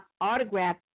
autograph